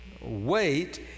wait